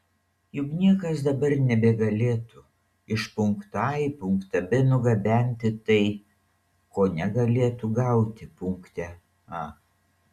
juk niekas dabar nebegalėtų iš punkto a į punktą b nugabenti tai ko negalėtų gauti punkte a